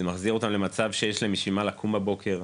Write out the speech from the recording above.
זה מחזיר אותם למצב שיש להם בשביל מה לקום בבוקר,